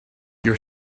your